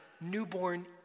newborn